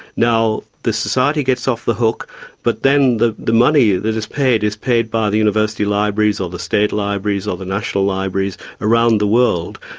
now, the society gets off the hook but then the the money that is paid is paid by the university libraries or the state libraries or the national libraries around the world.